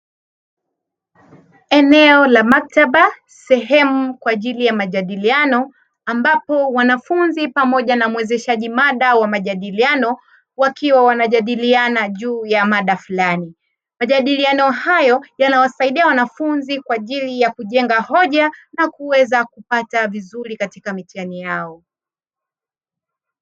Eneo la maktaba sehemu kwa ajili ya majadiliano ambapo wanafunzi pamoja na mwezeshaji mada wa majadiiano wakiwa wanajadiliana juu ya mada fulani. Majadiliano hayo yanawasaidia wanafunzi, kwa ajili ya kujenga hoja na kweza kupata vizuri katika mitihani yao.